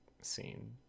scene